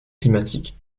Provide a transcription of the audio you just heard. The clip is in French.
climatiques